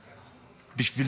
היושב-ראש,